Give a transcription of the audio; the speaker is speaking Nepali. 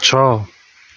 छ